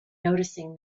noticing